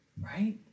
Right